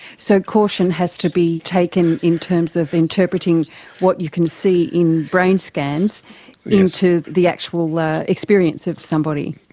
so caution has to be taken in terms of interpreting what you can see in brain scans into the actual like experience of somebody.